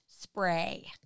Spray